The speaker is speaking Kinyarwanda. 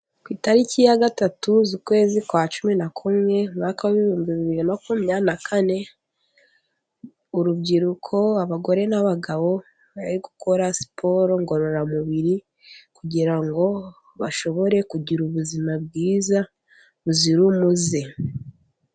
Ku itariki ya gatatu y'ukwezi kwa cumi na kumwe， umwaka w'ibihumbi bibiri na makumyabiri na kane， urubyiruko，abagore n'abagabo， bari gukora siporo ngororamubiri， kugira ngo bashobore kugira ubuzima bwiza buzira umuze.